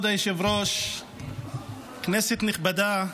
כבוד היושב-ראש, כנסת נכבדה,